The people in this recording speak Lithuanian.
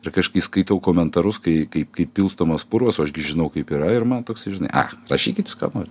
ir kai aš kai skaitau komentarus kai kaip kai pilstomas purvas aš gi žinau kaip yra ir man toksai žinai ak rašykit jūs ką norit